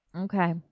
Okay